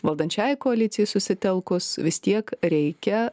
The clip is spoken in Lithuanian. valdančiajai koalicijai susitelkus vis tiek reikia